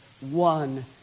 one